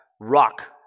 rock